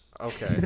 Okay